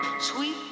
Sweet